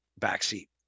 backseat